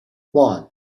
one